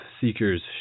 seekers